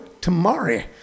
tomorrow